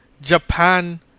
Japan